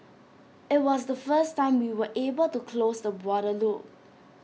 IT was the first time we were able to close the water loop